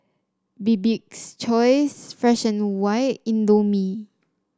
Bibik's Choice Fresh And White Indomie